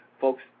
folks